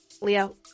Leo